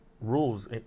rules